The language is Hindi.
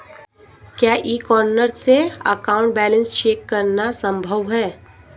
क्या ई कॉर्नर से अकाउंट बैलेंस चेक करना संभव है?